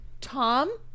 Tom